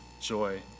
joy